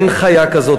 אין חיה כזאת,